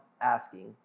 asking